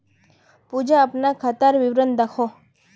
पूजा अपना खातार विवरण दखोह